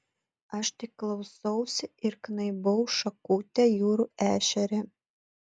aš tik klausausi ir knaibau šakute jūrų ešerį